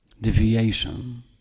Deviation